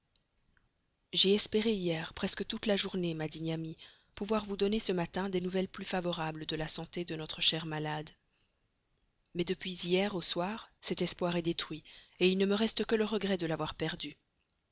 j'ai espéré hier presque toute la journée ma digne amie pouvoir vous donner ce matin des nouvelles plus favorables de la santé de notre chère malade mais depuis hier au soir cet espoir est détruit il ne m'en reste que le regret de l'avoir perdu